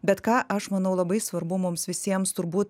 bet ką aš manau labai svarbu mums visiems turbūt